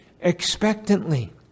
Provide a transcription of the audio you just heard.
expectantly